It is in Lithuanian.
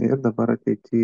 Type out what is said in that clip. ir dabar ateity